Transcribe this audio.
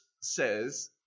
says